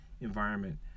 environment